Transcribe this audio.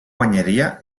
guanyaria